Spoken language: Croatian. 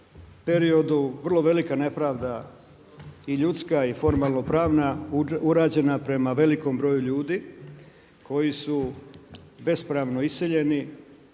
periodu vrlo velika nepravda i ljudska i formalnopravna urađena prema velikom broju ljudi koji su bespravno iseljeni,